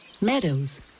Meadows